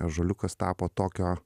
ąžuoliukas tapo tokio